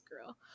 girl